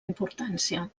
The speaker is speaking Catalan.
importància